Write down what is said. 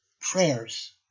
prayers